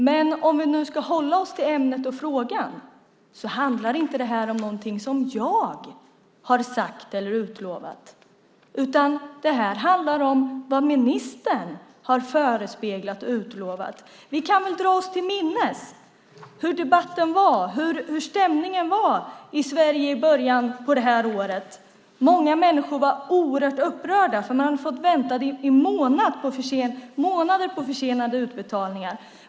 Men om vi nu ska hålla oss till ämnet och frågan handlar det här inte om någonting som jag har sagt eller utlovat utan om vad ministern har förespeglat och utlovat. Vi kan väl dra oss till minnes hur debatten och stämningen var i början av det här året. Många människor var oerhört upprörda, för man hade fått vänta i månader på försenade utbetalningar.